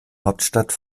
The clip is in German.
hauptstadt